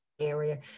area